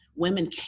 women